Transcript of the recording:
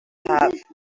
have